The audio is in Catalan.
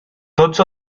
tots